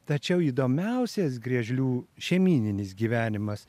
tačiau įdomiausias griežlių šeimyninis gyvenimas